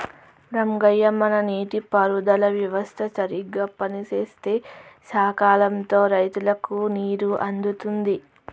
రంగయ్య మన నీటి పారుదల వ్యవస్థ సరిగ్గా పనిసేస్తే సకాలంలో రైతులకు నీరు అందుతుంది